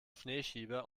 schneeschieber